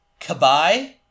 Kabai